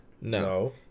no